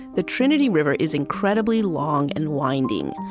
the trinity river is incredibly long and winding.